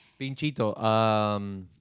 Pinchito